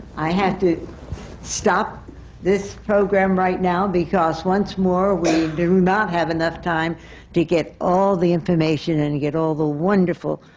i have to stop this program right now, because once more, we do not have enough time to get all the information and to get all the wonderful,